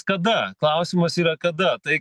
kada klausimas yra kada tai